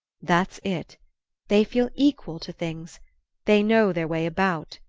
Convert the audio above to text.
that's it they feel equal to things they know their way about,